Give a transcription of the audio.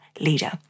leader